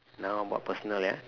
now more personal yeah